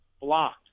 blocked